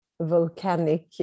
volcanic